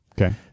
Okay